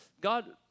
God